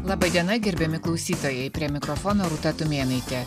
laba diena gerbiami klausytojai prie mikrofono rūta tumėnaitė